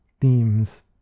themes